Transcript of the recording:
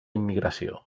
immigració